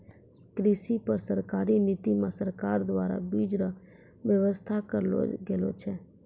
कृषि पर सरकारी नीति मे सरकार द्वारा बीज रो वेवस्था करलो गेलो छै